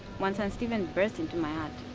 mwansa and steven burst into my um